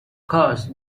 course